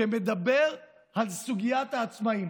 שמדבר על סוגיית העצמאים,